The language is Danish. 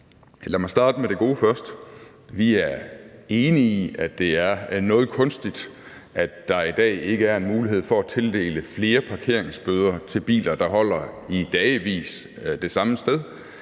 Lad mig starte med det gode først: Vi er enige i, at det er noget kunstigt, at der i dag ikke er en mulighed for at tildele flere parkeringsbøder til biler, der holder i dagevis det samme sted,